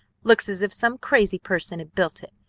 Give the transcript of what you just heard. looks as if some crazy person had built it.